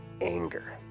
anger